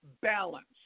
balance